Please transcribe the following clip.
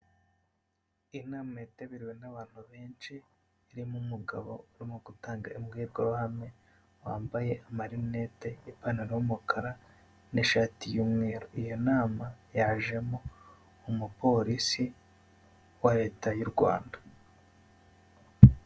Inama yitabiriwe n'abantu benshi, irimo umugabo urimo gutanga imbwirwaruhame, wambaye amarinete n'ipantalo y'umukara n'ishati y'umweru, iyo nama yajemo umupolisi wa Leta y'u Rwanda.